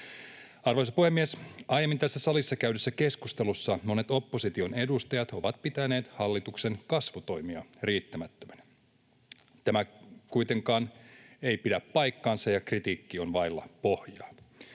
Arvoisa puhemies! Aiemmin tässä salissa käydyssä keskustelussa monet opposition edustajat ovat pitäneet hallituksen kasvutoimia riittämättöminä. Tämä kuitenkaan ei pidä paikkaansa, ja kritiikki on vailla pohjaa.